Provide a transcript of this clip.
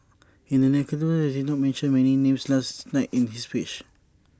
IT is notable that he did not mention any names last night in his speech